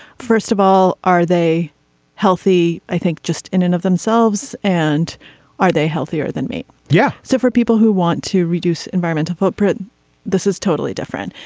first of all are they healthy. i think just in and of themselves. and are they healthier than me. yeah. so for people who want to reduce environmental footprint this is totally different.